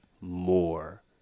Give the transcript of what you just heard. more